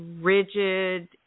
rigid